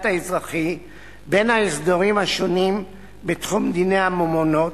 האזרחי בין ההסדרים השונים בתחום דיני הממונות,